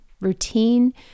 routine